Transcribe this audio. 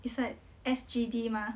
it's like S_G_D mah